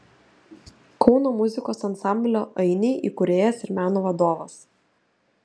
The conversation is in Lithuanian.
kauno muzikos ansamblio ainiai įkūrėjas ir meno vadovas